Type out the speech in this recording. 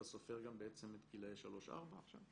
אתה סופר גם בעצם את גילאי 3-4 עכשיו?